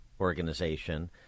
organization